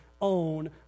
own